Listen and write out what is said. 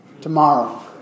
tomorrow